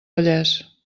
vallès